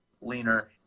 leaner